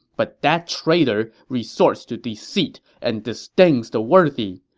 but that traitor resorts to deceit and disdains the worthy.